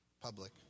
public